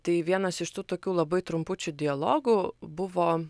tai vienas iš tų tokių labai trumpučių dialogų buvo